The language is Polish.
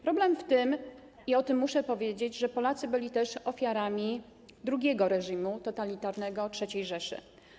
Problem w tym - i muszę o tym powiedzieć - że Polacy byli też ofiarami drugiego reżimu totalitarnego - III Rzeszy.